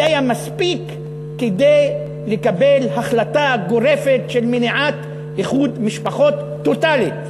זה היה מספיק כדי לקבל החלטה גורפת של מניעת איחוד משפחות טוטלית בין,